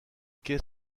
quai